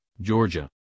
georgia